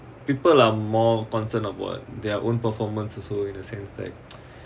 people are more concerned about their own performance also in a sense like